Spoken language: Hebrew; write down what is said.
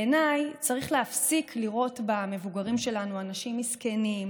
בעיניי צריך להפסיק לראות במבוגרים שלנו אנשים מסכנים,